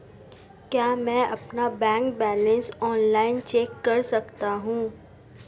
क्या मैं अपना बैंक बैलेंस ऑनलाइन चेक कर सकता हूँ?